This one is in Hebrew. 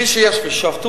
וכפי שיש ו"שפטו",